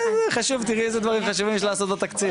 חשוב שתראי איזה דברים חשובים יש לעשות בתקציב.